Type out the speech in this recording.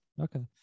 okay